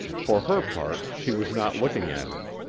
for her part she was not looking at him.